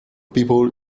people